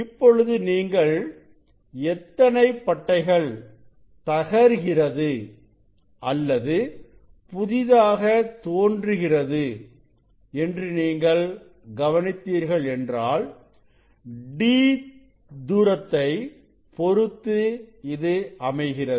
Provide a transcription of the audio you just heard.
இப்பொழுது நீங்கள் எத்தனை பட்டைகள் தகர்க்கிறது அல்லது புதிதாக தோன்றுகிறது என்று நீங்கள் கவனித்தீர்கள் என்றால் d தூரத்தை பொருத்து இது அமைகிறது